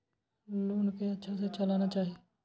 Loan के अच्छा से चलाना चाहि?